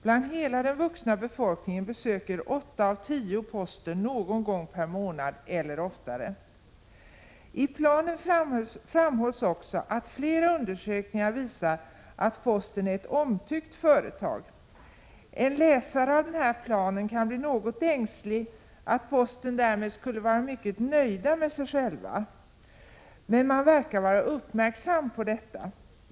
Bland hela den vuxna befolkningen besöker 8 av 10 posten någon gång per månad eller oftare.” I planen framhålls också att flera undersökningar visar att posten är ett omtyckt företag. En läsare av planen kan bli något ängslig för att posten därmed skulle vara mycket nöjd med sig själv, men man verkar vara uppmärksam på detta.